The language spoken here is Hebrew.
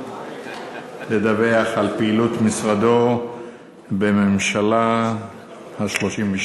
לדווח על פעילות משרדו בממשלה ה-32.